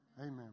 Amen